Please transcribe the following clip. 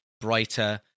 brighter